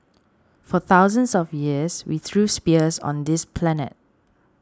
for thousands of years we threw spears on this planet